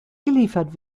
geliefert